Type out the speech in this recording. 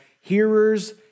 hearers